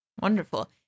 Wonderful